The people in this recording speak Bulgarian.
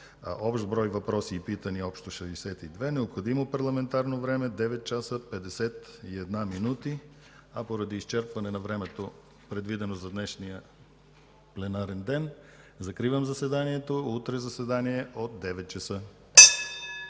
общ брой въпроси и питания – 62. Необходимо парламентарно време – 9 часа и 51 минути. Поради изчерпване на времето, предвидено за днешния пленарен ден закривам заседанието. Утре – заседание от 9,00 ч.